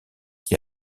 qui